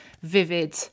vivid